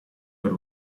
per